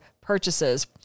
purchases